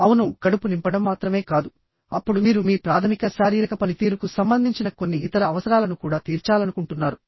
అవును కడుపు నింపడం మాత్రమే కాదు అప్పుడు మీరు మీ ప్రాథమిక శారీరక పనితీరుకు సంబంధించిన కొన్ని ఇతర అవసరాలను కూడా తీర్చాలనుకుంటున్నారు